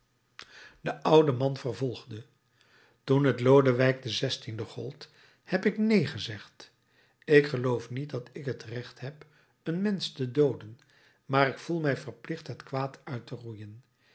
de oude man vervolgde toen het lodewijk xvi gold heb ik neen gezegd ik geloof niet dat ik het recht heb een mensch te dooden maar ik voel mij verplicht het kwaad uit te roeien